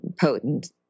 potent